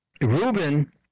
Reuben